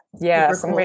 Yes